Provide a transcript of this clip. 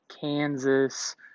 Kansas